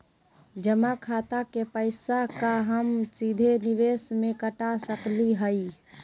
जमा खाता के पैसा का हम सीधे निवेस में कटा सकली हई?